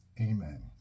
Amen